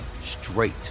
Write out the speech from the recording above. straight